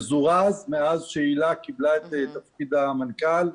זורז מאז שהילה קיבלה את תפקיד המנכ"ל,